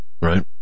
Right